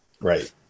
Right